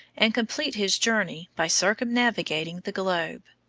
and complete his journey by circumnavigating the globe.